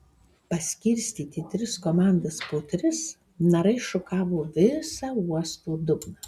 paskirstyti į tris komandas po tris narai šukavo visą uosto dugną